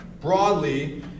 broadly